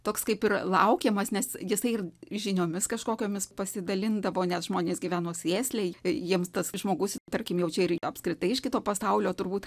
toks kaip ir laukiamas nes jisai ir žiniomis kažkokiomis pasidalindavo nes žmonės gyveno sėsliai jiems tas žmogus tarkim jau čia ir apskritai iš kito pasaulio turbūt